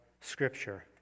Scripture